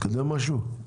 התקדם משהו?